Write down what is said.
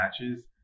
matches